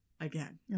again